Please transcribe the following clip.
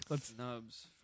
Snubs